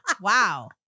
Wow